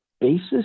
basis